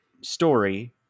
story